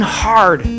hard